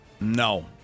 No